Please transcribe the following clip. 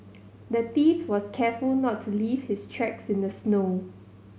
the thief was careful not to leave his tracks in the snow